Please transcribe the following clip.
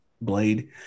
blade